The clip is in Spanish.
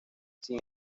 sin